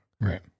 Right